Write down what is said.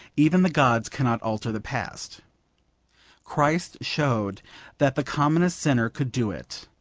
even the gods cannot alter the past christ showed that the commonest sinner could do it,